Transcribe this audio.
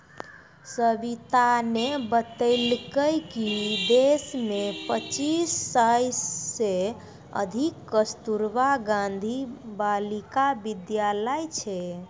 सविताने बतेलकै कि देश मे पच्चीस सय से अधिक कस्तूरबा गांधी बालिका विद्यालय छै